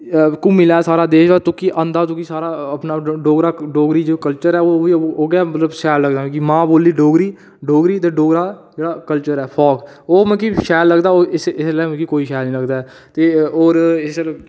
घुम्मी लै सारा देश तुकी आंदा तुकी सारा अपना गै डोगरा डोगरी जो कल्चर ऐ ओह् गै मतलब शैल लग्गना कि मां बोली डोगरी डोगरी ते डोगरा कल्चर ऐ ओह् मिगी शैल लगदा इसलै मिगी कोई शैल नेईं लगदा ऐ ते होर एह्